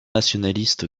nationaliste